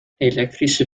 elektrische